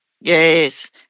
Yes